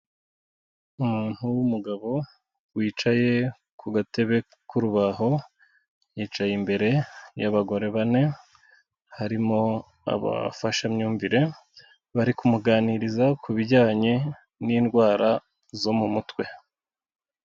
Umuntu w'umugabo wicaye ku gatebe k'urubaho, yicaye imbere y'abagore bane, harimo abafashamyumvire, bari kumuganiriza ku bijyanye n'indwara zo mu mutwe.